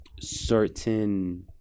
certain